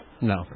No